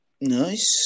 Nice